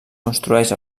construeix